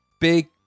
Big